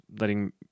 letting